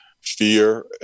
fear